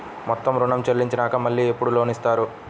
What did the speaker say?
మొత్తం ఋణం చెల్లించినాక మళ్ళీ ఎప్పుడు లోన్ ఇస్తారు?